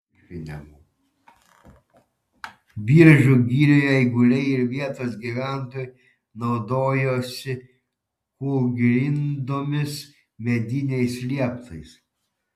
biržų girioje eiguliai ir vietos gyventojai naudojosi kūlgrindomis mediniais lieptais